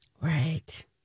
Right